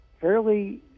fairly